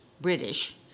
British